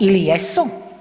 Ili jesu?